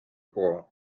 koha